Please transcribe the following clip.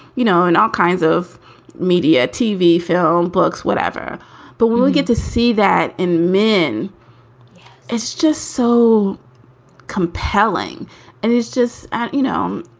you know, and all kinds of media, tv, film, books, whatever but we'll we'll get to see that in men is just so compelling and it's just you know,